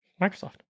microsoft